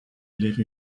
live